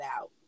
out